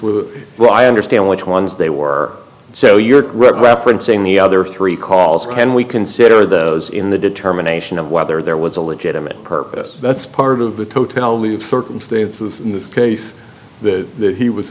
wry understand which ones they were so you're referencing the other three calls can we consider those in the determination of whether there was a legitimate purpose that's part of the totality of circumstances in this case that he was